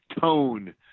tone